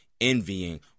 envying